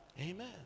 Amen